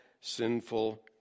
sinful